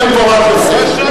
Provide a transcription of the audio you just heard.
בהחלט, אדוני היושב-ראש.